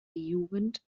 jugend